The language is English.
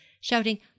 shouting